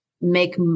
make